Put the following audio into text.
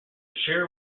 chair